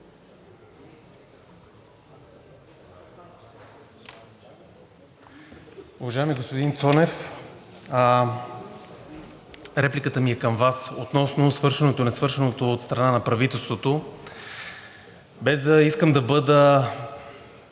Уважаеми господин Цонев, репликата ми е към Вас относно свършеното и несвършеното от страна на правителството. Без да искам да бъда